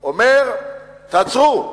אומר: תעצרו.